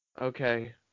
Okay